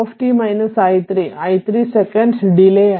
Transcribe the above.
u i3 i3 second delay ആയി